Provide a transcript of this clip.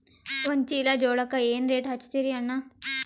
ಒಂದ ಚೀಲಾ ಜೋಳಕ್ಕ ಏನ ರೇಟ್ ಹಚ್ಚತೀರಿ ಅಣ್ಣಾ?